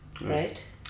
Right